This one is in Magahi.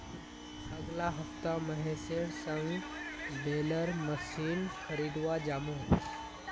अगला हफ्ता महेशेर संग बेलर मशीन खरीदवा जामु